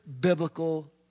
biblical